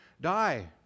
die